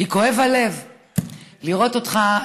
כי כואב הלב לראות אותך,